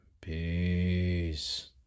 peace